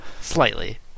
Slightly